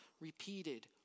repeated